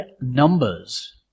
numbers